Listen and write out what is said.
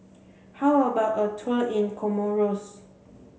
how about a tour in Comoros